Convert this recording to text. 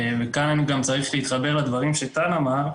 וכאן אני גם צריך להתחבר לדברים שטל אמר,